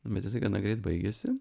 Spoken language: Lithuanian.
bet jisai gana greit baigėsi